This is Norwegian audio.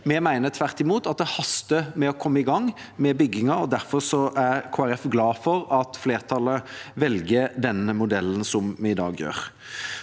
Vi mener tvert imot at det haster med å komme i gang med byggingen, og derfor er Kristelig Folkeparti glad for at flertallet velger den modellen som vi i dag gjør.